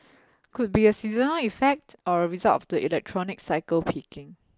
could be a seasonal effect or a result of the electronics cycle peaking